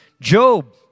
Job